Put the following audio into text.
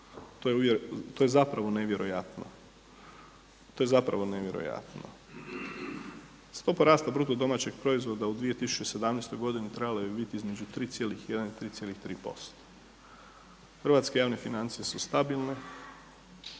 To je zapravo nevjerojatno. Stopa rasta BDP-a u 2017. trebala bi biti između 3,1 i 3,3%, hrvatske javne financije su stabilne.